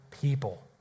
people